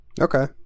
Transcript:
Okay